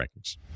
rankings